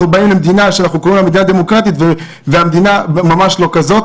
שאנחנו באים ממדינה שקוראים לה דמוקרטית והיא לא כזאת,